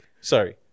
Sorry